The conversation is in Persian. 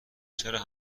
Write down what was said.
چرا